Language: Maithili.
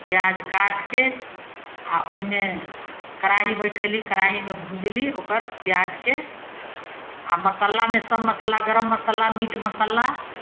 प्याज काट कऽ आ ओहिमे कढ़ाही बैठेली कढ़ाइमे भुजली ओकर प्याजके आ मसालामे सभ मसाला गरम मसाला मीट मसाला